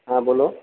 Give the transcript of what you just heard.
હા બોલો